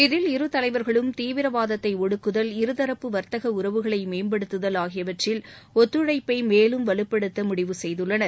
இதில் இரு தலைவர்களும் தீவிரவாதத்தை ஒடுக்குதல் இருதரப்பு வர்த்தக உறவுகளை மேம்படுத்துதல் ஆகியவற்றில் ஒத்துழைப்பை மேலும் வலுப்படுத்த முடிவு செய்துள்ளனர்